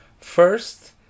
First